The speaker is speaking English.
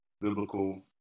biblical